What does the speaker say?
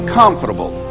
comfortable